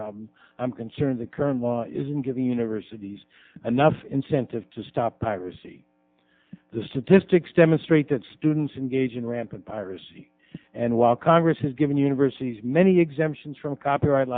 problem i'm concerned the current law isn't giving universities another incentive to stop piracy the statistics demonstrate that students engaged in rampant piracy and while congress has given universities many exemptions from copyright